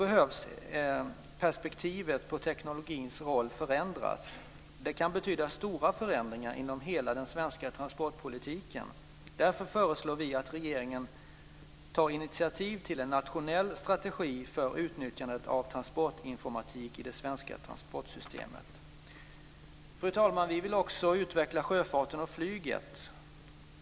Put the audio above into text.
Perspektivet på teknologins roll behöver förändras. Det kan betyda stora förändringar inom hela den svenska transportpolitiken. Därför föreslår vi att regeringen tar initiativ till en nationell strategi för utnyttjandet av transportinformatik i det svenska transportsystemet. Fru talman! Vi vill också utveckla sjöfarten och flyget.